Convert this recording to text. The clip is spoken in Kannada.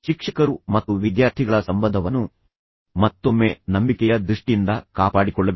ಶಿಕ್ಷಕರು ಮತ್ತು ವಿದ್ಯಾರ್ಥಿಗಳ ಸಂಬಂಧವನ್ನು ಮತ್ತೊಮ್ಮೆ ನಂಬಿಕೆಯ ದೃಷ್ಟಿಯಿಂದ ಕಾಪಾಡಿಕೊಳ್ಳಬೇಕು